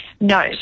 No